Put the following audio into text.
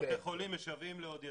בתי חולים משוועים לעוד ידיים,